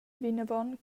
vinavon